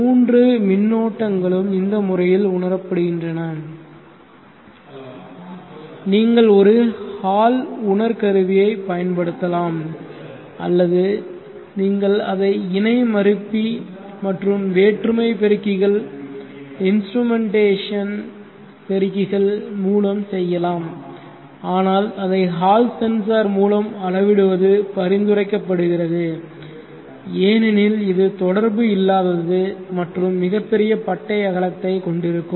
மூன்று மின்னோட்டண்களும் இந்த முறையில் உணரப்படுகின்றன நீங்கள் ஒரு Hall உணர்கருவியை பயன்படுத்தலாம் அல்லது நீங்கள் அதை இணை மறுப்பி மற்றும் வேற்றுமை பெருக்கிகள் இன்ஸ்ட்ரூமென்டேஷன் பெருக்கிகள் மூலம் செய்யலாம் ஆனால் அதை ஹால் சென்சார் மூலம் அளவிடுவது பரிந்துரைக்கப்படுகிறது ஏனெனில் இது தொடர்பு இல்லாதது மற்றும் மிகப் பெரிய பட்டை அகலத்தை கொண்டிருக்கும்